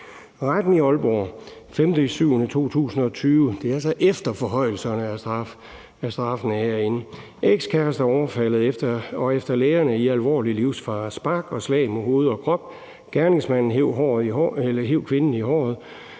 Retten i Aalborg den 5. juli 2020, og det er altså efter forhøjelserne af straffene herindefra: Ekskæreste blev overfaldet og er efter lægerne i alvorlig livsfare. Der var spark og slag mod hovedet og kroppen. Gerningsmanden hev kvinden i håret